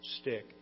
stick